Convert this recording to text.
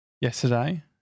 yesterday